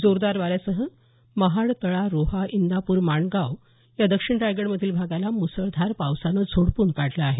जोरदार वाऱ्यासह महाड तळा रोहा इंदापूर माणगाव या दक्षिण रायगडमधील भागाला मुसळधार पावसानं झोडपून काढलं आहे